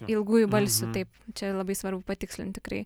ilgųjų balsių taip čia labai svarbu patikslint tikrai